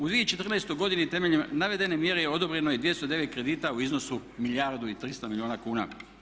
U 2014. godini temeljem navedene mjere odobreno je 209 kredita u iznosu milijardu i 300 milijuna kuna.